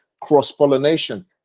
cross-pollination